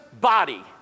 body